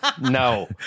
No